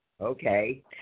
Okay